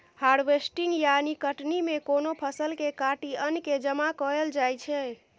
harvesting यानी कटनी मे कोनो फसल केँ काटि अन्न केँ जमा कएल जाइ छै